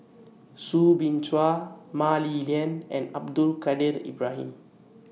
Soo Bin Chua Mah Li Lian and Abdul Kadir Ibrahim